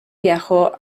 viajó